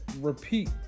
repeat